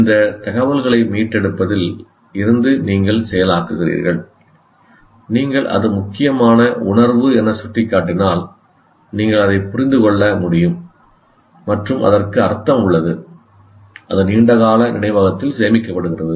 இந்த தகவல்களை மீட்டெடுப்பதில் இருந்து நீங்கள் செயலாக்குகிறீர்கள் நீங்கள் அது முக்கியமான உணர்வு என சுட்டிக்காட்டினால் நீங்கள் அதை புரிந்து கொள்ள முடியும் மற்றும் அதற்கு அர்த்தம் உள்ளது அது நீண்ட கால நினைவகத்தில் சேமிக்கப்படுகிறது